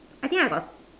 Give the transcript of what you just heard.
I think I got